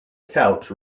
couch